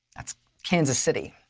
that's kansas city.